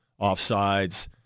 offsides